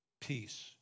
peace